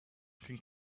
can